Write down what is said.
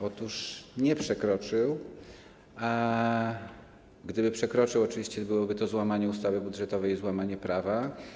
Otóż nie przekroczył, a gdyby przekroczył, to oczywiście byłoby to złamanie ustawy budżetowej i złamanie prawa.